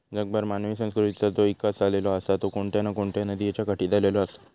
जगभर मानवी संस्कृतीचा जो इकास झालेलो आसा तो कोणत्या ना कोणत्या नदीयेच्या काठी झालेलो आसा